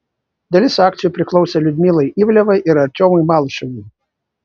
dalis akcijų priklausė liudmilai ivlevai ir artiomui malyševui